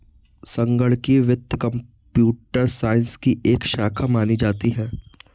संगणकीय वित्त computer science की एक शाखा मानी जाती है